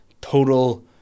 total